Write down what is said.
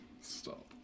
Stop